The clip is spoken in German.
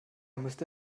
müsste